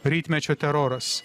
rytmečio teroras